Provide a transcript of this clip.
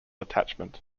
attachment